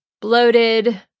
bloated